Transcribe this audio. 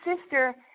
sister